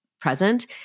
present